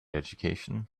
education